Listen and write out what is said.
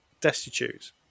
destitute